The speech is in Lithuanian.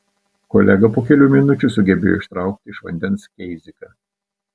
kolega po kelių minučių sugebėjo ištraukti iš vandens keiziką